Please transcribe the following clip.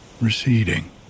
receding